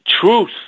truth